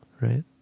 right